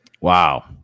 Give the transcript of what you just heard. Wow